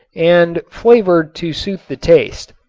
and flavored to suit the taste.